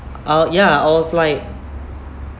uh ya I was like